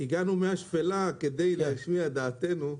הגענו מן השפלה כדי להשמיע את דעתנו.